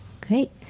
great